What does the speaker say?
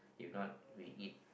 if not we eat